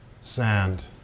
sand